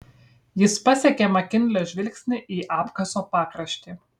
jis pasekė makinlio žvilgsnį į apkaso pakraštį